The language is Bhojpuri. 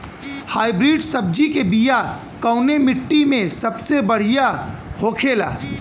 हाइब्रिड सब्जी के बिया कवने मिट्टी में सबसे बढ़ियां होखे ला?